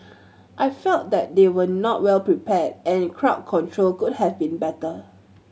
I felt that they were not well prepared and crowd control could have been better